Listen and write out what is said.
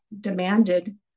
demanded